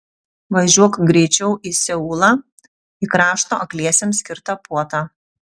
važiuok greičiau į seulą į krašto akliesiems skirtą puotą